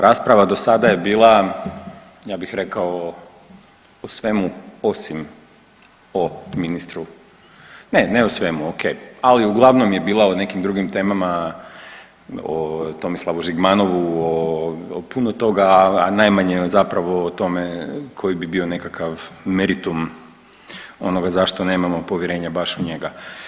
Rasprava do sada je bila ja bih rekao o svemu osim o ministru, ne o svemu ok, ali uglavnom je bila o nekim drugim temama, o Tomislavu Žigmanovu, o puno toga, a najmanje zapravo o tome koji bi bio nekakav meritum onoga zašto nemamo povjerenja baš u njega.